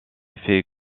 fait